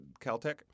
Caltech